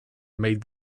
made